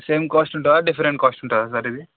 same cost ఉంటుందా different cost ఉంటుందా sir ఇది